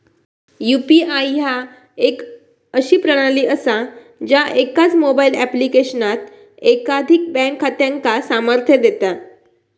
UPI ह्या एक अशी प्रणाली असा ज्या एकाच मोबाईल ऍप्लिकेशनात एकाधिक बँक खात्यांका सामर्थ्य देता